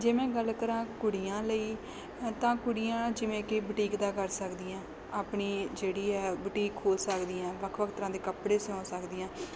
ਜੇ ਮੈਂ ਗੱਲ ਕਰਾਂ ਕੁੜੀਆਂ ਲਈ ਤਾਂ ਕੁੜੀਆਂ ਜਿਵੇਂ ਕਿ ਬੂਟੀਕ ਦਾ ਕਰ ਸਕਦੀਆਂ ਆਪਣੀ ਜਿਹੜੀ ਹੈ ਬੂਟੀਕ ਖੋਲ੍ਹ ਸਕਦੀਆਂ ਵੱਖ ਵੱਖ ਤਰ੍ਹਾਂ ਦੇ ਕੱਪੜੇ ਸਿਉਂ ਸਕਦੀਆਂ